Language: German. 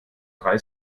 drei